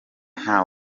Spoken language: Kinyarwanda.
nta